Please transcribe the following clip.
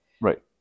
Right